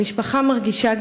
המשפחה מרגישה,